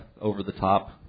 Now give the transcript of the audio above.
over-the-top